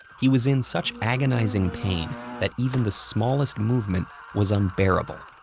he was in such agonizing pain that even the smallest movement was unbearable.